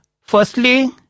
firstly